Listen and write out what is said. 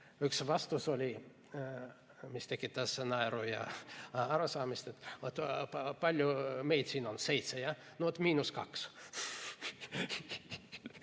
üks vastus, mis tekitas naeru ja arusaamist, oli: kui palju meid siin on, seitse, jah? No vot, miinus kaks.